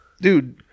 Dude